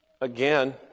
Again